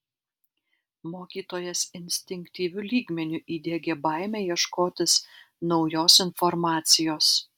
mokytojas instinktyviu lygmeniu įdiegė baimę ieškotis naujos informacijos